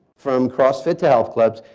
from crossfit to health clubs,